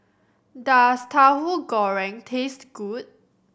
does Tauhu Goreng taste good